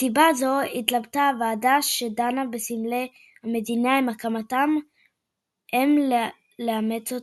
מסיבה זו התלבטה הוועדה שדנה בסמלי המדינה עם הקמתה אם לאמץ אותו,